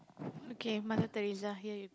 okay Mother-Theresa here you go